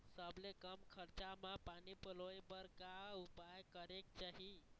सबले कम खरचा मा पानी पलोए बर का उपाय करेक चाही?